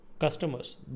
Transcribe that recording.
customers